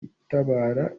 itabara